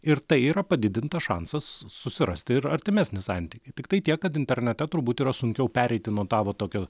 ir tai yra padidintas šansas susirasti ir artimesnį santykį tiktai tiek kad internete turbūt yra sunkiau pereiti nuo tavo tokio